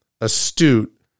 astute